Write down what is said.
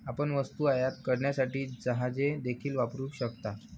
आपण वस्तू आयात करण्यासाठी जहाजे देखील वापरू शकता